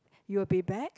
you will be back